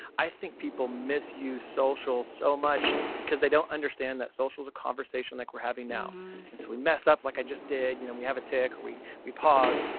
i think people misuse social so much because they don't understand that social is a conversation that we're having now and so we mess up like i just did. you know, we have a tick or we we pause.